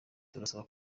turasaba